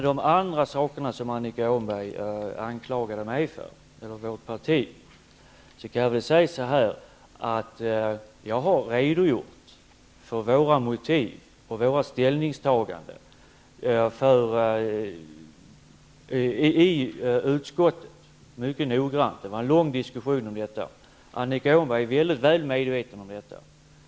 När det gäller de anklagelser som Annika Åhnberg riktade mot vårt parti vill jag säga att jag i utskottet mycket noggrant redogjort för våra motiv och våra ställningstaganden. Vi hade en lång diskussion om detta, och Annika Åhnberg är mycket väl medveten om vad jag sade.